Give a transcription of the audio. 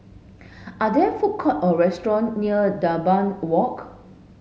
are there food court or restaurant near Dunbar Walk